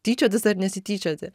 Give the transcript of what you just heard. tyčiotis ar nesityčioti